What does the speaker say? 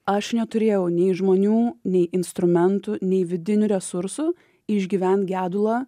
aš neturėjau nei žmonių nei instrumentų nei vidinių resursų išgyvent gedulą